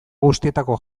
guztietako